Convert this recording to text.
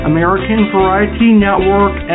AmericanVarietyNetwork